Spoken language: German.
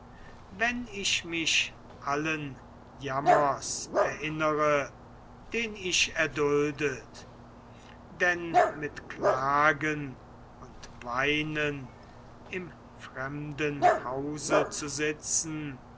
wenn ich mich allen jammers erinnere den ich erduldet denn mit klagen und weinen im fremden hause zu sitzen